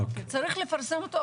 צריך לפרסם אותו,